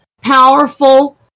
powerful